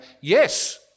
yes